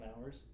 hours